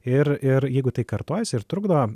ir ir jeigu tai kartojasi ir trukdo